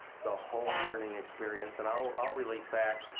the whole learning experience. and i'll relate back.